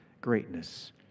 greatness